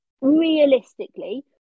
realistically